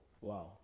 Wow